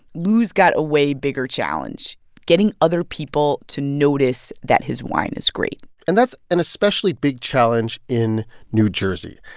lou's got a way bigger challenge getting other people to notice that his wine is great and that's an especially big challenge in new jersey,